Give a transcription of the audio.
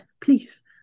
please